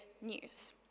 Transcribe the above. news